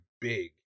big